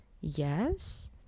yes